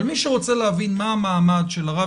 אבל מי שרוצה להבין מה המעמד של הרב